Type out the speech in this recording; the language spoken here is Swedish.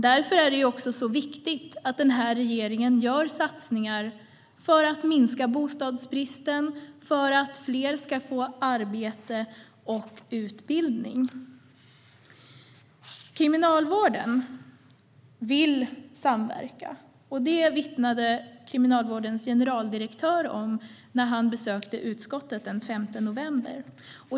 Därför är det också viktigt att regeringen gör satsningar för att minska bostadsbristen och för att fler ska få arbete och utbildning. Kriminalvården vill samverka. Det vittnade Kriminalvårdens generaldirektör om när han besökte utskottet den 5 november.